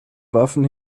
waffen